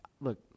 Look